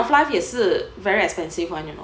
of live is a very expensive one you know